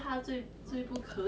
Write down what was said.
mm